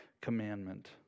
commandment